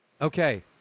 Okay